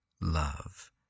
love